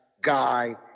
guy